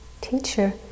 teacher